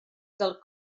del